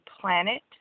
planet